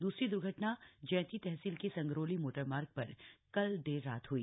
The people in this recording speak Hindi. दूसरी दूर्घटना जैंती तहसील के संगरोली मोटरमार्ग पर कल देर रात हई